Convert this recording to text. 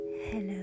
Hello